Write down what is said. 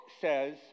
says